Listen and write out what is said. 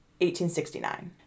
1869